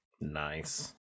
Nice